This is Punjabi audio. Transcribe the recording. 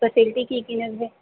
ਫੈਸਿਲਿਟੀ ਕੀ ਕੀ ਨੇ ਉੱਥੇ